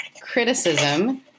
criticism